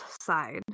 side